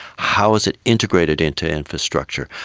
how is it integrated into infrastructure?